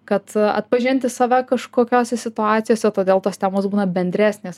kad atpažinti save kažkokiose situacijose todėl tos temos būna bendresnės